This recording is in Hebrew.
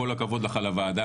כל הכבוד לך על הוועדה,